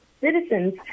citizens